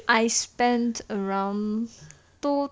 I spent around two